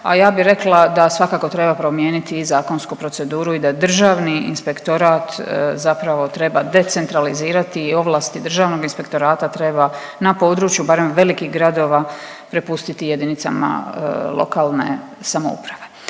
a ja bi rekla da svakako treba promijeniti i zakonsku proceduru i da Državni inspektorat zapravo treba decentralizirati ovlasti Državnog inspektorata. Treba na području barem velikih gradova prepustiti jedinicama lokalne samouprave.